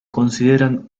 consideran